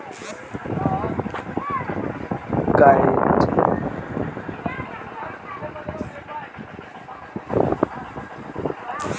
बरसात के समय मछली पकड़ला के काम बहुते खतरनाक होला